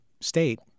state